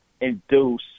induce